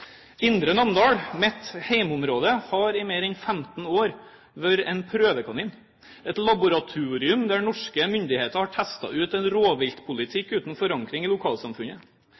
Indre Namdal, mitt hjemområde, har i mer enn 15 år vært prøvekanin, et laboratorium der norske myndigheter har testet ut en rovviltpolitikk uten forankring i lokalsamfunnet.